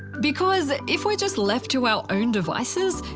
because, if we're just left to our own devices,